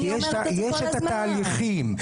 יש התהליכים.